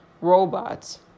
robots